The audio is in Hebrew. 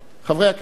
חברי הכנסת,